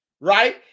right